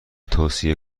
توصیه